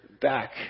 back